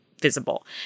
visible